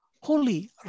holy